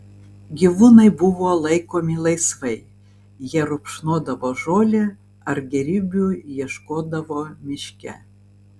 gyvūnai buvo laikomi laisvai jie rupšnodavo žolę ar gėrybių ieškodavo miške